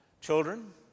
children